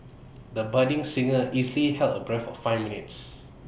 the budding singer easily held her breath for five minutes